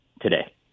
today